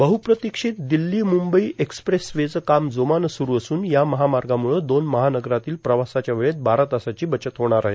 बहप्रतिक्षित Delhi Mumbai express way चं काम जोमानं सुरू असून या महामार्गामुळे दोन महानगरातील प्रवासाच्या वेळेत बारा तासाची बचत होणार आहे